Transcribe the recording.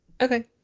okay